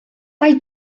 mae